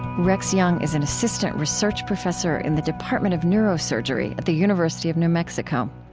rex jung is an assistant research professor in the department of neurosurgery at the university of new mexico.